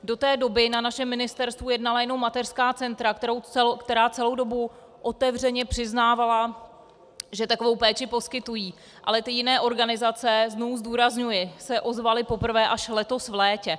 Do té doby na našem ministerstvu jednala jenom mateřská centra, která celou dobu otevřeně přiznávala, že takovou péči poskytují, ale jiné organizace znovu zdůrazňuji se ozvaly poprvé až letos v létě.